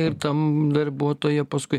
ir tam darbuotoja paskui